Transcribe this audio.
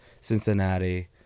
Cincinnati